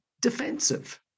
defensive